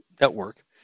network